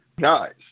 guys